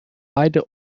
beide